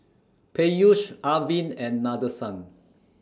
Peyush Arvind and Nadesan